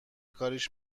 کاریش